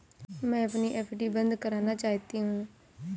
मैं अपनी एफ.डी बंद करना चाहती हूँ